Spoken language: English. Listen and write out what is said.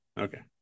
Okay